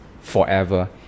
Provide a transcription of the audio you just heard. forever